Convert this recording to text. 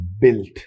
built